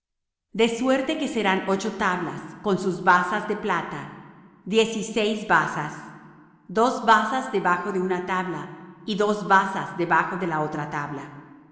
de suerte que serán ocho tablas con sus basas de plata diez y seis basas dos basas debajo de la una tabla y dos basas debajo de la otra tabla